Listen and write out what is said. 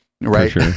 right